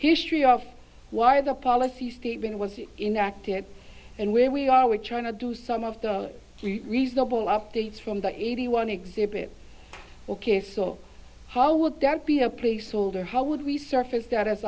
history of why the policy statement was inactive and where we are we trying to do some of the reasonable updates from the eighty one exhibit ok so how would that be a placeholder how would we surface that